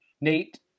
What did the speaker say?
Nate